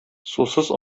сусыз